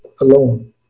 alone